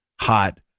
hot